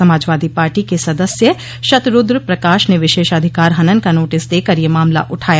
Samajwadi party के सदस्य शतरूद्र प्रकाश ने विशेषाधिकार हनन का नोटिस देकर यह मामला उठाया